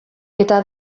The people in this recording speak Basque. eta